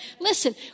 Listen